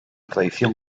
tradición